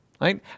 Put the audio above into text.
right